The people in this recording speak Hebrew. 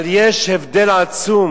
אבל יש הבדל עצום